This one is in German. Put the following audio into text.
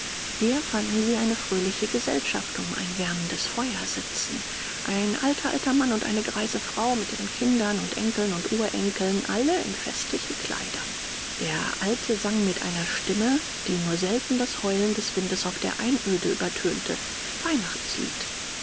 hier fanden sie eine fröhliche gesellschaft um ein wärmendes feuer sitzen ein alter alter mann und eine greise frau mit ihren kindern und enkeln und urenkeln alle in festlichen kleidern der alte sang mit einer stimme die nur selten das heulen des windes auf der einöde übertönte ein weihnachtslied